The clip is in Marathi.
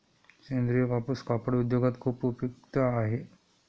सेंद्रीय कापूस कापड उद्योगात खूप उपयुक्त आहे